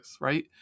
right